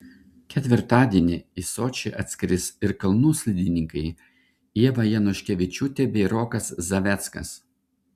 ketvirtadienį į sočį atskris ir kalnų slidininkai ieva januškevičiūtė bei rokas zaveckas